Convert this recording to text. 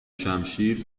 شمشیر